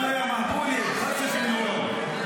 זה לא לעזור לך,